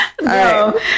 No